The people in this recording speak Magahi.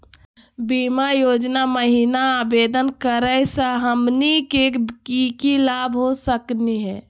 बीमा योजना महिना आवेदन करै स हमनी के की की लाभ हो सकनी हे?